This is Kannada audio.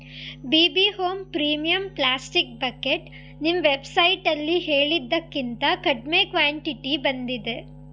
B B home premium plastic bucket ನಿಮ್ಮ ವೆಬ್ಸೈಟಲ್ಲಿ ಹೇಳಿದ್ದಕ್ಕಿಂತ ಕಡಿಮೆ ಕ್ವಾಂಟಿಟಿ ಬಂದಿದೆ